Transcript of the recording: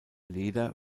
leder